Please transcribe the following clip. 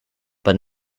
but